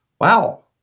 wow